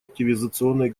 активизационной